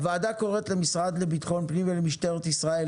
הוועדה קוראת למשרד לביטחון פנים ולמשטרת ישראל